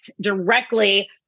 directly